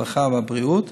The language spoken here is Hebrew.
הרווחה והבריאות,